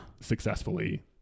successfully